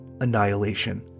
annihilation